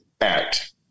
act